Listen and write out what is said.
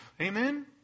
Amen